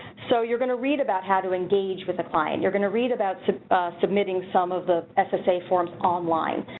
so you're gonna read about how to engage with the client you're gonna read about submitting some of the ss a forms online.